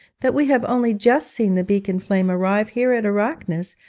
that we have only just seen the beacon flame arrive here at arachnaeus,